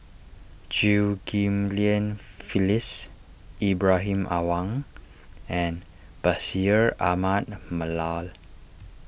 Chew Ghim Lian Phyllis Ibrahim Awang and Bashir Ahmad Mallal